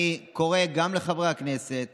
אני קורא גם לחברי הכנסת